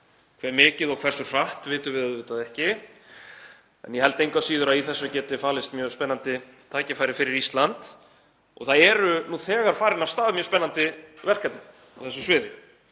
hve mikið og hversu hratt vitum við auðvitað ekki. Ég held engu að síður að í þessu geti falist mjög spennandi tækifæri fyrir Ísland og nú þegar eru farin af stað mjög spennandi verkefni á þessu sviði.